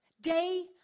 Day